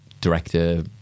director